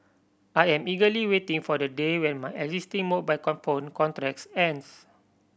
I am eagerly waiting for the day when my existing mobile contracts ends